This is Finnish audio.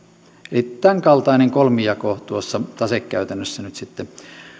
eli tämänkaltainen kolmijako tuossa tasekäytännössä nyt sitten